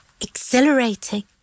exhilarating